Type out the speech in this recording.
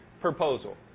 proposal